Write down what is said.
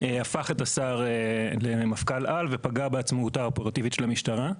הפך את השר למפכ"ל על ופגע בעצמאות האופרטיבית של המשטרה.